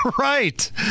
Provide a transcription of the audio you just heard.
Right